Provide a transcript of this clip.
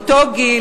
באותו גיל,